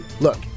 Look